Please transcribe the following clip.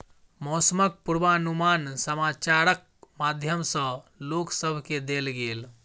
मौसमक पूर्वानुमान समाचारक माध्यम सॅ लोक सभ केँ देल गेल